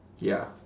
ya